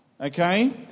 Okay